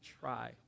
try